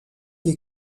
des